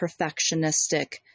perfectionistic